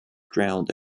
drowned